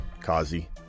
Kazi